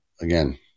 again